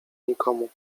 nikomu